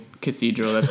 cathedral